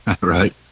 Right